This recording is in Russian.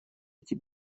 эти